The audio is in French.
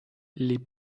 les